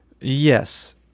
Yes